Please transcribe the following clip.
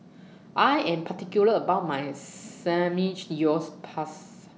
I Am particular about My yours Pass